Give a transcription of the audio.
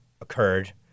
occurred